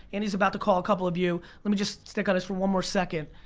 andy's about to call a couple of you. let me just stick on us for one more second.